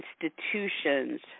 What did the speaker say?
institutions